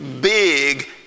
big